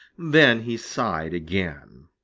then he sighed again.